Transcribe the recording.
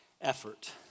effort